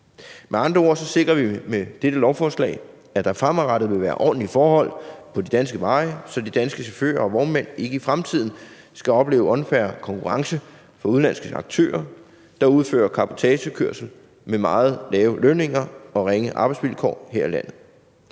Med andre ord sikrer vi med dette lovforslag, at der fremadrettet vil være ordentlige forhold på de danske veje, så de danske chauffører og vognmænd ikke i fremtiden skal opleve unfair konkurrence fra udenlandske aktører, der udfører cabotagekørsel med meget lave lønninger og ringe arbejdsvilkår her i landet.